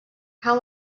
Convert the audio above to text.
how